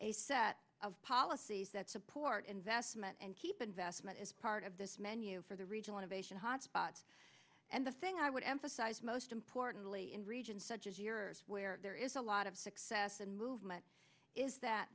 a set of policies that support investment and keep investment as part of this menu for the region one of asian hotspots and the thing i would emphasize most importantly in regions such as yours where there is a lot of success and movement is that